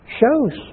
shows